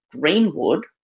Greenwood